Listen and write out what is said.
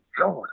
God